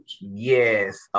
Yes